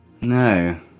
No